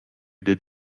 dad